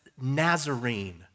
Nazarene